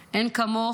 / אין כמוך